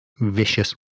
vicious